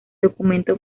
documento